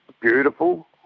beautiful